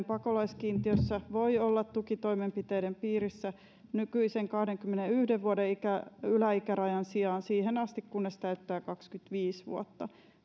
pakolaiskiintiössä voi olla tukitoimenpiteiden piirissä nykyisen kahdenkymmenenyhden vuoden yläikärajan sijaan siihen asti kunnes täyttää kaksikymmentäviisi vuotta